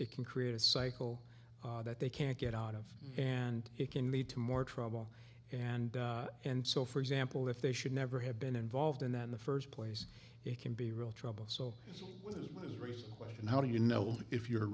it can create a cycle that they can't get out of and it can lead to more trouble and and so for example if they should never have been involved in that in the first place it can be real trouble so was raised the question how do you know if you